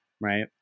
right